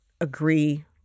agree